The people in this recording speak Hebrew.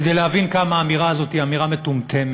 כדי להבין כמה האמירה הזאת היא אמירה מטומטמת.